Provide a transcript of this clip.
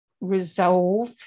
resolve